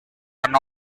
one